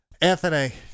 Anthony